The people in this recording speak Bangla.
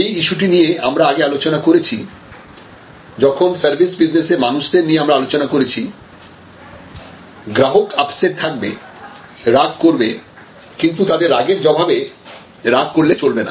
এই ইস্যুটি নিয়ে আমরা আগে আলোচনা করেছি যখন সার্ভিস বিজনেসে মানুষদের নিয়ে আমরা আলোচনা করেছি গ্রাহক আপসেট থাকবে রাগ করবে কিন্তু তাদের রাগের জবাবে রাগ করলে চলবে না